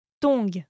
Tongue